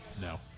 No